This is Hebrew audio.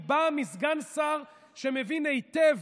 באה מסגן שר שמבין היטב